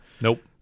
Nope